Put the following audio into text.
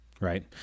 right